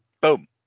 boom